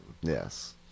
yes